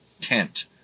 tent